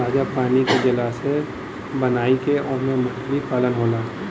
ताजा पानी के जलाशय बनाई के ओमे मछली पालन होला